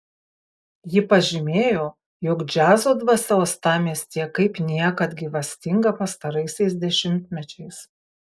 ji pažymėjo jog džiazo dvasia uostamiestyje kaip niekad gyvastinga pastaraisiais dešimtmečiais